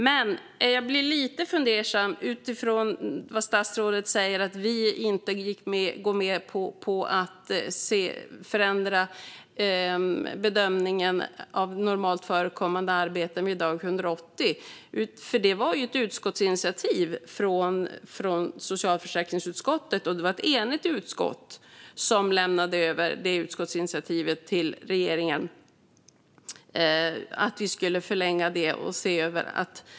Men jag blir lite fundersam utifrån vad statsrådet säger om att vi inte går med på att förändra bedömningen av normalt förekommande arbete vid dag 180, för det var ju ett utskottsinitiativ från socialförsäkringsutskottet. Det var ett enigt utskott som lämnade över detta utskottsinitiativ till regeringen om att förlänga detta och se över det.